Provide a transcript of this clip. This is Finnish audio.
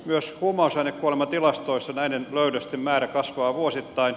myös huumausainekuolematilastoissa näiden löydösten määrä kasvaa vuosittain